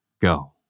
go